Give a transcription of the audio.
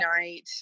night